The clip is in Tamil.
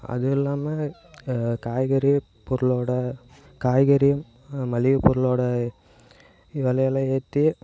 அதுவும் இல்லாமல் காய்கறி பொருளோடய காய்கறி மளிகை பொருளோடய விலயெல்லாம் ஏற்றி